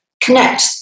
connect